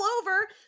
over